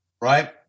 Right